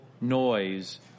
noise